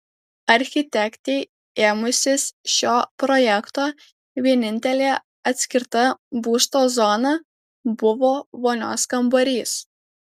architektei ėmusis šio projekto vienintelė atskirta būsto zona buvo vonios kambarys